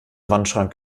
wandschrank